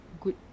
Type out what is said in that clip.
good